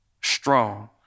strong